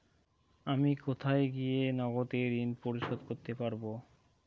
আমি কোথায় গিয়ে নগদে ঋন পরিশোধ করতে পারবো?